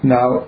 now